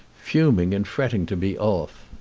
fuming and fretting to be off.